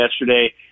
yesterday